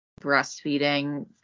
breastfeeding